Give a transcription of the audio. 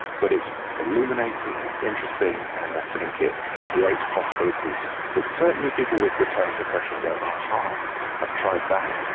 but it's illuminating, it's interesting, and i think it creates possibilities that certainly people with recurrent depression go, ah a-ha, ah i've tried that,